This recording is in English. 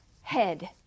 head